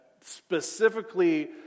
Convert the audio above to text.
specifically